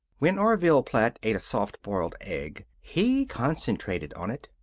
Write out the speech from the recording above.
when orville platt ate a soft-boiled egg he concentrated on it.